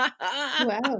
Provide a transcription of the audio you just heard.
Wow